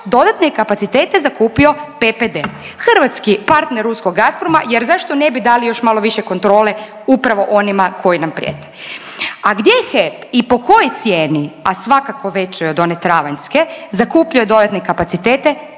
dodatne kapacitete je zakupio PPD hrvatski partner ruskog Gazproma jer zašto ne bi dali malo više kontrole upravo onima koji nam prijete. A gdje je HEP i po kojoj cijeni, a svakako većoj od one travanjske zakupljuje dodatne kapacitete?